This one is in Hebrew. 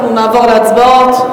אנחנו נעבור להצבעות.